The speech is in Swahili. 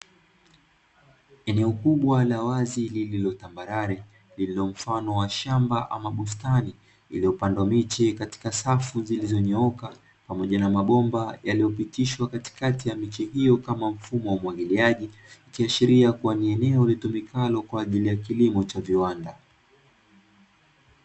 Eneo kubwa la wazi lililo tambarare, lililo mfano wa shamba ama bustani; iliyopandwa miche katika safu zilizonyooka pamoja na mabomba yaliyopitishwa katikati ya miche hiyo kama mfumo wa umwagiliaji, ikiashiria kuwa ni eneo litumikalo kwa ajili ya kilimo cha viwanda.